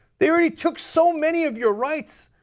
they already took so many of your rights,